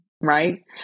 right